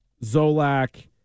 Zolak